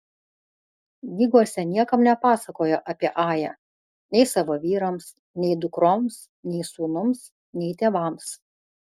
giguose niekam nepasakojo apie ają nei savo vyrams nei dukroms nei sūnums nei tėvams